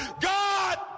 God